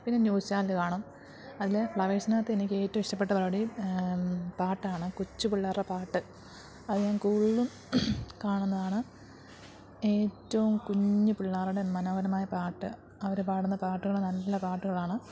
പിന്നെ news channel കാണും അതിൽ ഫ്ലവേഴ്സിനകത്ത് എനിക്കേറ്റോം ഇഷ്ടപ്പെട്ട പരിപാടി പാട്ടാണ് കൊച്ചു പിള്ളേരുടെ പാട്ട് അത് ഞാൻ കൂടുതലും കാണുന്നതാണ് ഏറ്റോം കുഞ്ഞ് പിള്ളേരുടെ മനോഹരമായ പാട്ട് അവർ പാടുന്ന പാട്ടുകൾ നല്ല പാട്ടുകളാണ്